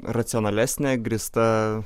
racionalesnė grįsta